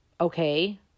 Okay